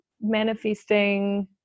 manifesting